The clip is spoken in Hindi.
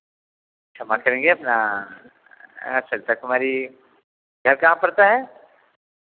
क्षमा करेंगे अपना सरिता कुमारी घर कहाँ पड़ता है